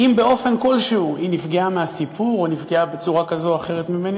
אם באופן כלשהו היא נפגעה מהסיפור או נפגעה בצורה כזאת או אחרת ממני,